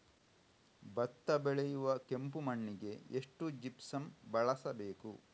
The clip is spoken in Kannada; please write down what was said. ಭತ್ತ ಬೆಳೆಯುವ ಕೆಂಪು ಮಣ್ಣಿಗೆ ಎಷ್ಟು ಜಿಪ್ಸಮ್ ಬಳಸಬೇಕು?